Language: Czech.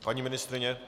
Paní ministryně?